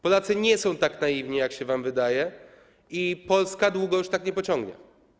Polacy nie są tak naiwni, jak się wam wydaje, i Polska już długo tak nie pociągnie.